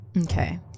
Okay